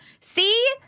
see